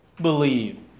believe